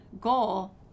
goal